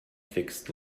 fixed